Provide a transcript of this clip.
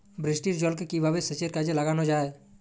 বৃষ্টির জলকে কিভাবে সেচের কাজে লাগানো য়ায়?